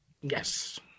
Yes